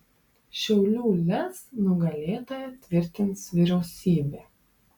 šiaulių lez nugalėtoją tvirtins vyriausybė